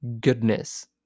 goodness